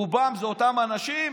רובם זה אותם האנשים,